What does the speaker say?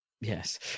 Yes